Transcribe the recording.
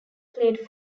played